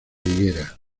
higuera